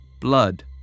blood